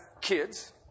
kids